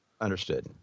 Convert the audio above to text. Understood